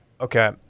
Okay